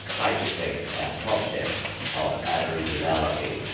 basically our concept of aboriginality.